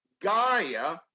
Gaia